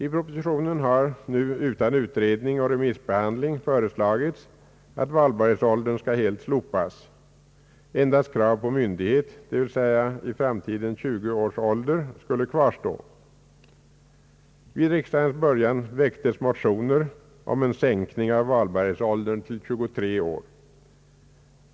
I propositionen har nu utan utredning och remissbehandling föreslagits att valbarhetsåldern skall helt slopas. Endast krav på myndighet, dvs. i framtiden 20 års ålder, skulle kvarstå. Vid riksdagens början väcktes motioner om en sänkning av valbarhetsåldern till 23 år.